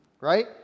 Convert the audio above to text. right